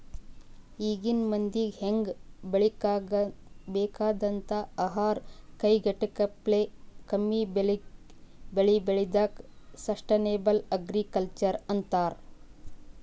ಈಗಿನ್ ಮಂದಿಗ್ ಹೆಂಗ್ ಬೇಕಾಗಂಥದ್ ಆಹಾರ್ ಕೈಗೆಟಕಪ್ಲೆ ಕಮ್ಮಿಬೆಲೆಗ್ ಬೆಳಿ ಬೆಳ್ಯಾದಕ್ಕ ಸಷ್ಟನೇಬಲ್ ಅಗ್ರಿಕಲ್ಚರ್ ಅಂತರ್